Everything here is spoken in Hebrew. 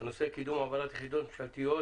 הנושא הוא קידום העברת יחידות ממשלתיות